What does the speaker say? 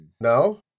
No